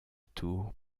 tour